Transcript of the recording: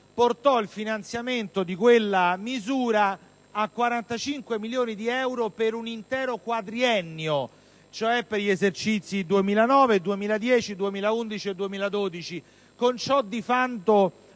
portò il finanziamento di quella misura a 45 milioni di euro per un intero quadriennio, ossia per gli esercizi dal 2009 al 2012, con ciò di fatto